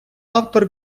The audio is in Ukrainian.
автор